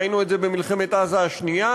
ראינו את זה במלחמת עזה השנייה,